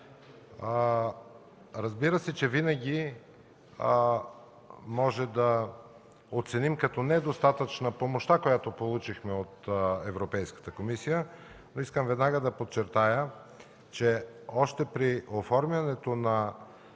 Разбира се, че винаги може да оценим като недостатъчна помощта, която получихме от Европейската комисия, но искам веднага да подчертая, че още при оформянето на